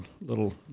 little